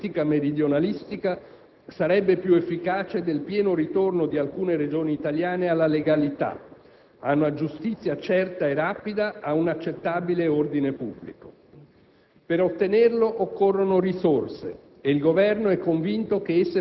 Per stimolare iniziative economiche che producano ricchezza nessuna politica meridionalistica sarebbe più efficace del pieno ritorno di alcune Regioni italiane alla legalità, ad una giustizia certa e rapida, ad un accettabile ordine pubblico.